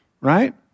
right